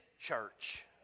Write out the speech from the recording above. church